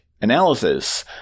analysis